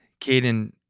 Caden